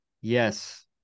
Yes